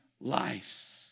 lives